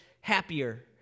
happier